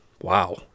Wow